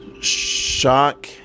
Shock